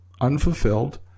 unfulfilled